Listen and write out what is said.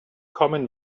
common